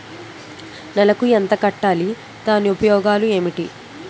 నెలకు ఎంత కట్టాలి? దాని ఉపయోగాలు ఏమిటి?